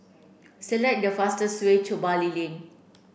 select the fastest way to Bali Lane